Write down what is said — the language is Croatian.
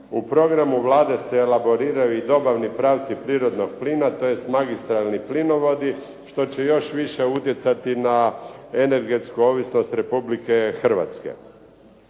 U programu Vlade se elaboriraju i dobavni pravci prirodnog plina tj. Magistralni plinovodi što će još više utjecati na energetsku ovisnost Republike Hrvatske.